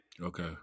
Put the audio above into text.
Okay